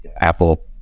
Apple